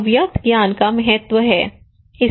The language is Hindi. अव्यक्त ज्ञान का महत्व है